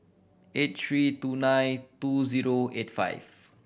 eight three two nine two zero eight five